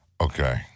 Okay